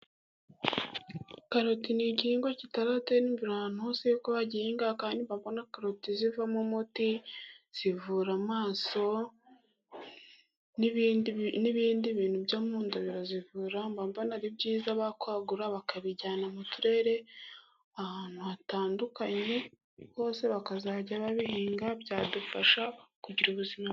Karoti ni igihingwa kitaratera imbere ahantu hose, yuko bagihinga, kandi mba mbona karoti zivamo umuti, zivura amaso n'ibindi bintu byo mu nda, birazivura, mba mbona ari byiza bakwagura bakabijyana mu turere ahantu hatandukanye, bose bakazajya babihinga, byadufasha kugira ubuzima bwiza.